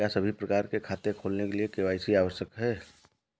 क्या सभी प्रकार के खाते खोलने के लिए के.वाई.सी आवश्यक है?